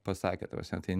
pasakė ta prasme tai